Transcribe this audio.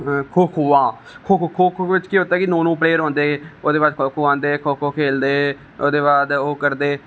खौ खौ बिच केह् होंदा कि नौ नौ प्लेयर होंदे है ओहदे बाद खो खो आंदे हे खो खो खेलदे है ओहदे बाद ओह् करदे हे